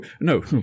no